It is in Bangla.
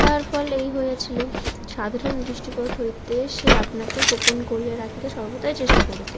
তার ফল এই হয়েছিলো সাধারণ দৃষ্টিপাত হইতে সে আপনাকে গোপন করিয়া রাখিতে সর্বদাই চেষ্টা করিতো